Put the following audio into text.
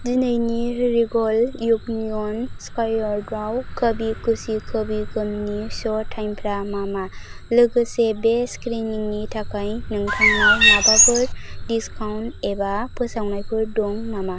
दिनैनि Regal Union स्क्वाय'र्कआव कभी खुशी कभी गमनि श' टाइमफ्रा मा मा लोगोसे बे स्क्रिनिंनि थाखाय नोंथांनाव माबाफोर डिसकाउन्ट एबा फोसावनायफोर दं नामा